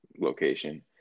location